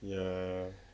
ya